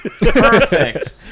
Perfect